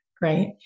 right